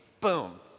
boom